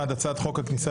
1. הצעת חוק הכניסה